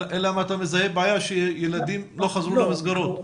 אלא אם אתה מזהה בעיה שילדים לא חזרו למסגרות.